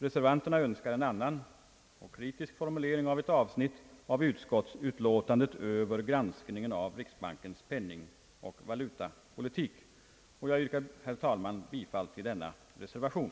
Reservanterna önskar en annan och kritisk formulering av ett avsnitt av utskottsutlåtandet över granskningen av riksbankens penningoch valutapolitik. Jag yrkar, herr talman, bifall till denna reservation.